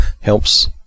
helps